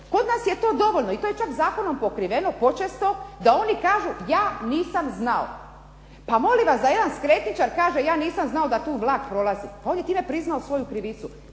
Kod nas je to dovoljno i to je čak zakonom pokriveno počesto da oni kažu ja nisam znao. Pa molim vas da jedan skretničar kažem ja nisam znao da tu vlak prolazi. Pa on je time priznao svoju krivicu.